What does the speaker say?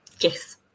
Yes